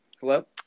hello